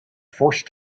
forced